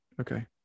Okay